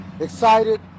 excited